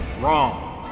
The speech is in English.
wrong